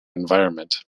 environment